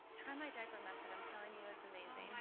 try my diaper method. i'm telling you, it's amazing.